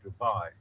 Dubai